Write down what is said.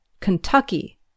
Kentucky